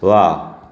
वाह